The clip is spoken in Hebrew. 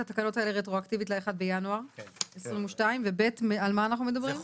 התקנות האלה רטרואקטיבית ל-1 בינואר 2022. ו-ב' על מה אנחנו מדברים?